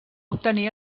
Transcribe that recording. obtenir